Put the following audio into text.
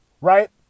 Right